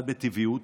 כמעט בטבעיות,